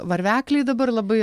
varvekliai dabar labai